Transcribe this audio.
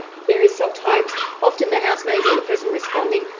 there is sometimes often the house manager or the person responding,